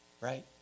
Right